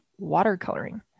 watercoloring